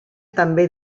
també